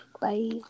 Bye